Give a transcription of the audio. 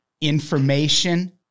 information